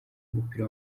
w’umupira